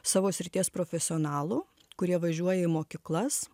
savo srities profesionalų kurie važiuoja į mokyklas